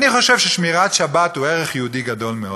אני חושב ששמירת שבת היא ערך יהודי גדול מאוד,